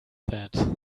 that